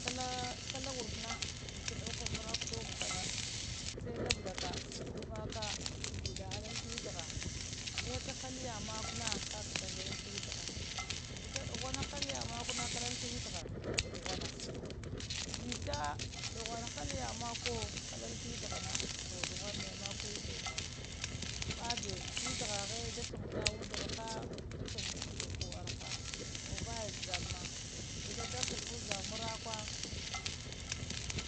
Kala kala warkna vita dauka makuwa ɗa wumkana sai labblaka gumaka nɗiɗa lang thiwitaha naka haliya makuwana kallah nadalan thiwitah vita duhima haliya makuwana kalan thuwitaha to duhuna vita duhunb uwo kalana thinytahana toh duɦum naya maƙuwiyawo ɓaɗɗe thiwitahahe da chammada unɗaraha ɗa cɦum unɗa ƙoh araha muvaya zaddal ma vita ɗa kall uzangta marakuwa